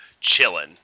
chilling